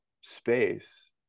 space